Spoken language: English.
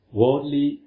worldly